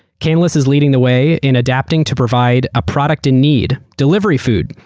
canlis is leading the way in adapting to provide a product in need delivery food.